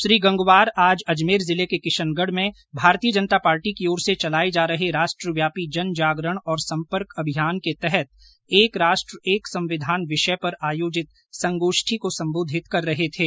श्री गंगवार आज अजमेर जिले के किशनगढ में भारतीय जनता पार्टी की ओर से चलाए जा रहे राष्ट्रव्यापी जनजागरण और सम्पर्क अभियान के तहत एक राष्ट्र एक संविधान विषय पर आयोजित संगोष्ठी को संबोधित कर रहे थे